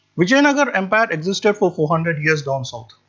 vijayanagara empire existed for four hundred years down south.